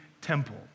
temple